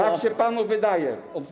Tak się panu wydaje.